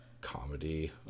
comedy